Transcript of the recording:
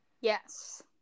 yes